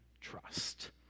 trust